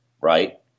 right